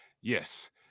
Yes